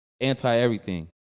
anti-everything